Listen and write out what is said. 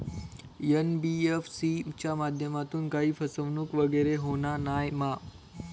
NBFC च्या माध्यमातून काही फसवणूक वगैरे होना नाय मा?